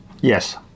yes